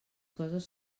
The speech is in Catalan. coses